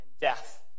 death